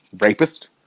rapist